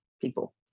people